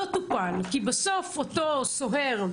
לא טופל, כי בסוף אותו סוהר,